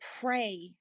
pray